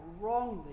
wrongly